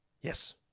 Yes